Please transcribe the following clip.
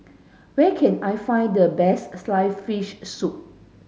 where can I find the best sliced fish soup